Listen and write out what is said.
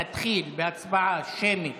נתחיל בהצבעה שמית